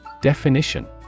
Definition